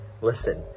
Listen